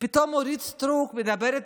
פתאום אורית סטרוק מדברת